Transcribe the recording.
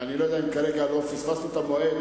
אני לא יודע אם כרגע לא פספסנו את המועד,